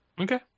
Okay